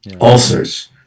ulcers